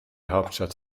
hauptstadt